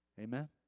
Amen